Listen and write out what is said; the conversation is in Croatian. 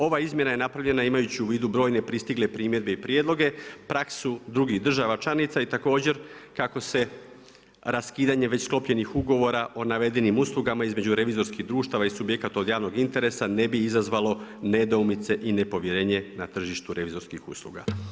Ova izmjena je napravljena imajući u vidu brojne pristigle primjedbe i prijedloge, praksu drugih država članica i također kako se raskidanje već sklopljenih ugovora o navedenim uslugama između revizorskih društava i subjekata od javnog interesa ne bi izazvalo nedoumice i nepovjerenje na tržištu revizorskih usluga.